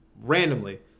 Randomly